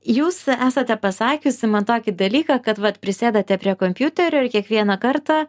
jūs esate pasakiusi man tokį dalyką kad vat prisėdate prie kompiuterio ir kiekvieną kartą